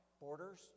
borders